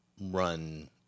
run